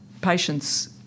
patients